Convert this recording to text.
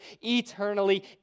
eternally